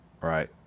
Right